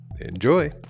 Enjoy